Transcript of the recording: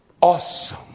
Awesome